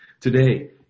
Today